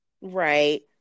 Right